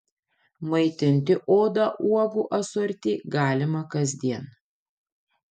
maitinti odą uogų asorti galima kasdien